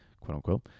quote-unquote